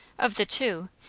of the two,